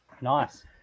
Nice